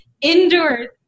indoors